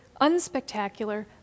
unspectacular